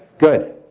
good.